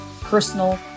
personal